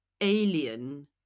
alien